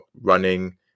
running